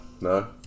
No